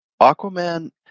Aquaman